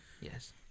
Yes